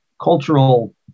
cultural